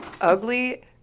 Ugly